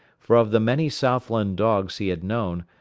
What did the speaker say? for of the many southland dogs he had known,